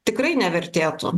tikrai nevertėtų